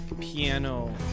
piano